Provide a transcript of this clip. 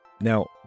Now